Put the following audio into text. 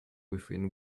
within